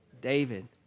David